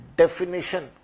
definition